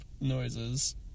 noises